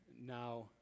Now